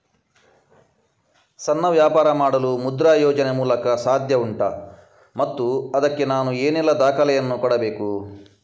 ಸಣ್ಣ ವ್ಯಾಪಾರ ಮಾಡಲು ಮುದ್ರಾ ಯೋಜನೆ ಮೂಲಕ ಸಾಧ್ಯ ಉಂಟಾ ಮತ್ತು ಅದಕ್ಕೆ ನಾನು ಏನೆಲ್ಲ ದಾಖಲೆ ಯನ್ನು ಕೊಡಬೇಕು?